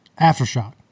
Aftershock